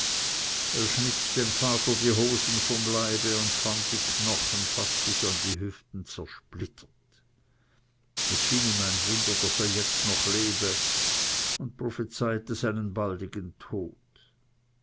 er schnitt dem vater die hosen vom leibe und fand die knochen fast bis an die hüften zersplittert es schien ihm ein wunder daß er jetzt noch lebe und prophezeite seinen baldigen tod